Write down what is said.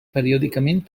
periòdicament